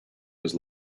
was